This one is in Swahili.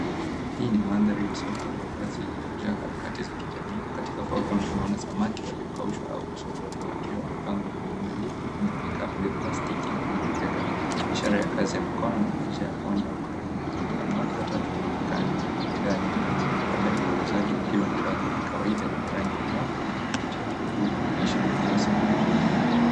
Hii ni mandhari ya soko la wazi lililojaa harakati za kijamii. Katika foreground tunaona samaki waliokaushwa au kusokotwa wakiwa wamepangwa kwa uangalifu kwenye vikapu vya plastiki na kwenye mikeka. Ishara ya kazi ya mikono na maisha ya pwani au karibu na ziwa. Wanawake watatu wamekaa nyuma ya bidhaa hizo. Labda ndio wauzaji wakiwa na uvaazi la kawaida lenye rangi ya ngavu linalovutia kwa uzuri wa maisha ya kila siku.